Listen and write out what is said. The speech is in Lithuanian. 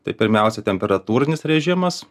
tai pirmiausia temperatūrinis režimas